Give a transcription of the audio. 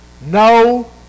no